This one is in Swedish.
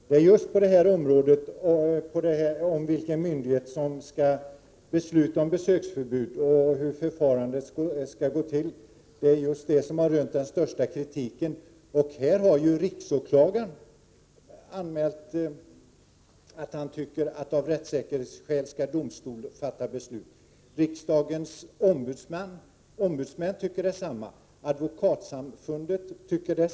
Herr talman! Det är beträffande frågan om vilken myndighet som skall besluta om besöksförbud och förfarandet som den största kritiken har uppstått. Här har ju riksåklagaren framhållit att av rättssäkerhetsskäl domstol bör fatta beslut. Riksdagens ombudsmän tycker detsamma liksom Advokatsamfundet.